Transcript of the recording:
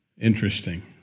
Interesting